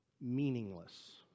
meaningless